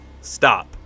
stop